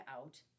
out